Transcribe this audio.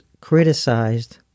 criticized